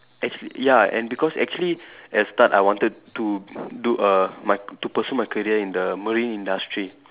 actually ya and because actually at the start I wanted to do a my to pursue my career in the marine industry